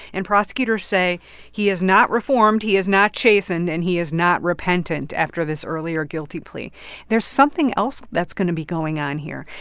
and prosecutors say he is not reformed. he is not chastened. and he is not repentant after this earlier guilty plea there's something else that's going to be going on here,